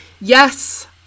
yes